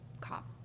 cop